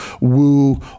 woo